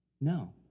No